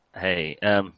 Hey